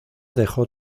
dejó